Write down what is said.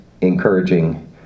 encouraging